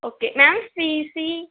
okay ma'am fees ਜੀ